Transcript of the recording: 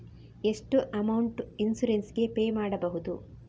ಎಷ್ಟು amount insurance ಗೇ pay ಮಾಡುವುದು?